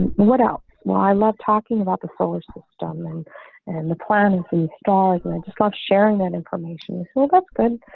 what else. well, i love talking about the solar system and and the planets installer going to stop sharing that information. so that's good.